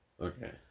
Okay